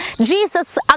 Jesus